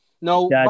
No